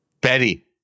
Betty